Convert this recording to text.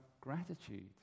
gratitude